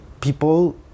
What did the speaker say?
people